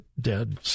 dead